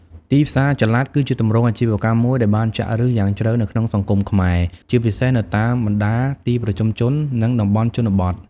ទីផ្សារចល័ត គឺជាទម្រង់អាជីវកម្មមួយដែលបានចាក់ឫសយ៉ាងជ្រៅនៅក្នុងសង្គមខ្មែរ ជាពិសេសនៅតាមបណ្តាទីប្រជុំជន និងតំបន់ជនបទ។